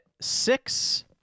six